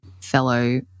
fellow